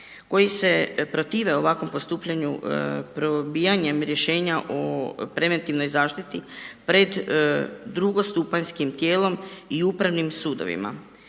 koji se protive ovakvom postupanju probijanjem rješenja o preventivnoj zaštiti pred drugostupanjskim tijelom i upravnim sudovima.